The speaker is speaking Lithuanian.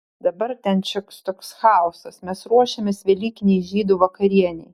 dabar ten šioks toks chaosas mes ruošėmės velykinei žydų vakarienei